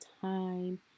time